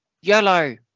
Yellow